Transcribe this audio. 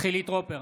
חילי טרופר,